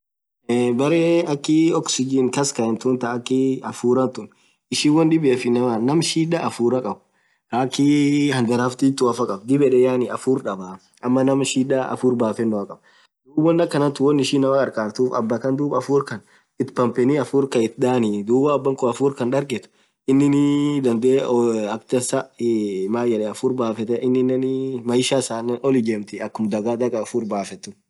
Berre akhii oxygen kaskaen thun thaaa akhiii hafurah tun ishin won dhibiaf namm shida hafurah khab khaaa akhii hadharfaa thithua faa khab dhib yed hafurr dhabaaa ama ñaam shida hafur bafeno khab dhub won akhan thun won ishin inamaa kharkharthu abaaa khan dhub hafurr khan ith pampenii hafurr khan ith dhanii dhub woo abakhun hafur Khan dhargethu inin dhandhe (ooo ) akha dhansaa mayedhen hafur bafethe ininen maisha isaanen oll ijemthii akhum dhagh. dhag hafurr bafethu